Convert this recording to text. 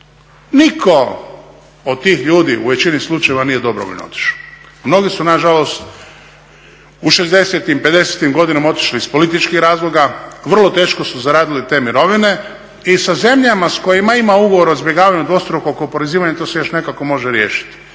Nitko od tih ljudi u većini slučajeva nije dobrovoljno otišao, mnogi su nažalost u 60-im, 50-im godinama otišli iz političkih razloga, vrlo teško su zaradili te mirovine i sa zemljama s kojima ima ugovor o izbjegavanju dvostrukog oporezivanja to se još nekako može riješiti,